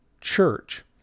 church